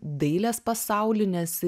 dailės pasaulį nes